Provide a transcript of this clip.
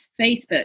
Facebook